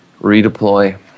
redeploy